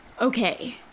Okay